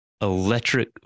electric